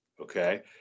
Okay